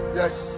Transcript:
yes